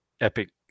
epic